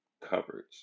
coverage